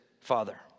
father